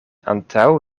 antaŭ